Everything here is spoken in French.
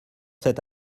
cet